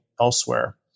elsewhere